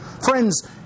Friends